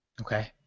Okay